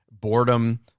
boredom